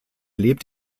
lebt